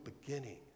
beginning